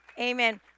Amen